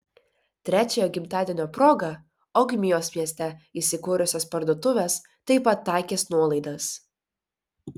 trečiojo gimtadienio proga ogmios mieste įsikūrusios parduotuvės taip pat taikys nuolaidas